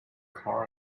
car